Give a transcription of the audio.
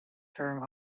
term